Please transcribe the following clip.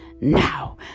now